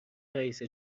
رئیس